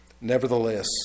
Nevertheless